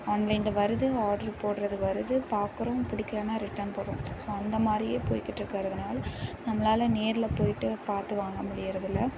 ஆன்லைனில் வருது ஆட்ரு போடுறது வருது பார்க்கறோம் பிடிக்கிலன்னா ரிட்டர்ன் போடுறோம் ஸோ அந்த மாதிரியே போயிக்கிட்ருக்கறதனால நம்மளால் நேரில் போயிட்டு பார்த்து வாங்க முடிகிறது இல்லை